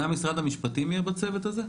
גם משרד המשפטים יהיה בצוות הזה?